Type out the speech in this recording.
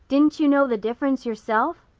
didn't you know the difference yourself?